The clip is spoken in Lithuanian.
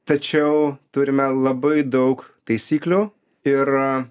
tačiau turime labai daug taisyklių ir